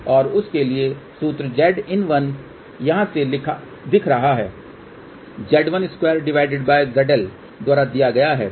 और उस के लिए सूत्र Zin1 यहाँ से दिख रहा है Z12ZL द्वारा दिया गया है